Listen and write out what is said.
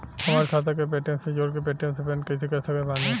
हमार खाता के पेटीएम से जोड़ के पेटीएम से पेमेंट कइसे कर सकत बानी?